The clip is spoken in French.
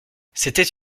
c’était